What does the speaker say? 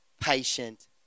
patient